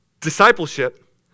discipleship